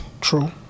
True